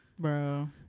Bro